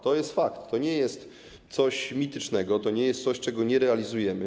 To jest fakt, to nie jest coś mitycznego, to nie jest coś, czego nie realizujemy.